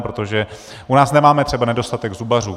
Protože u nás nemáme třeba nedostatek zubařů.